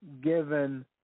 given